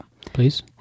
Please